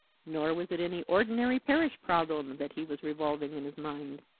nor was it any ordinary parish problem that he was revolving in his mind.